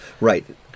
right